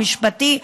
המשפטי,